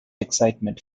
excitement